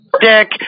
dick